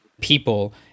people